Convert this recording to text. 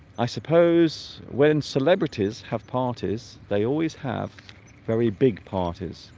i suppose when celebrities have parties they always have very big parties